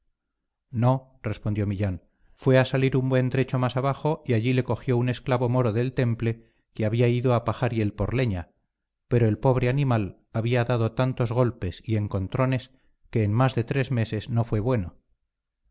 no respondió millán fue a salir un buen trecho más abajo y allí le cogió un esclavo moro del temple que había ido a pajariel por leña pero el pobre animal había dado tantos golpes y encontrones que en más de tres meses no fue bueno